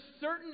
certain